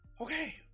Okay